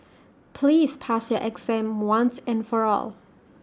please pass your exam once and for all